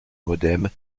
modène